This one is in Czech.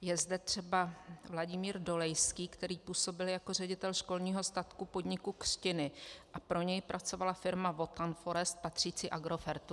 je zde třeba Vladimír Dolejský, který působil jako ředitel školního statku podniku Křtiny, a pro něj pracovala firma Wotan Forest patřící Agrofertu.